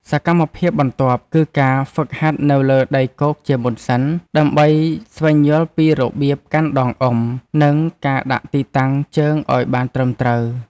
សកម្មភាពបន្ទាប់ គឺការហ្វឹកហាត់នៅលើដីគោកជាមុនសិន ដើម្បីស្វែងយល់ពីរបៀបកាន់ដងអុំ និងការដាក់ទីតាំងជើងឱ្យបានត្រឹមត្រូវ។